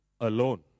alone